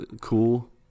cool